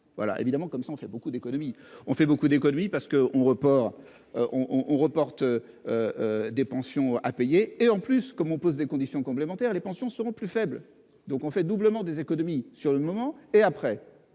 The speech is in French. évidemment comme ça on fait beaucoup d'économies on fait beaucoup d'économie parce que on Report on on reporte. Des pensions à payer et en plus comme on pose des conditions complémentaires les pensions seront plus faibles donc on fait doublement des économies sur le moment et après